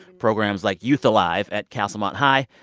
programs like youth alive! at castlemont high.